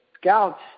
scouts